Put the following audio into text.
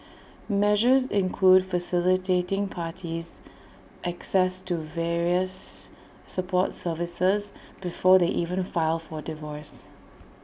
measures include facilitating parties access to various support services before they even file for divorce